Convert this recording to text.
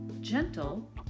gentle